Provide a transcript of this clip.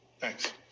thanks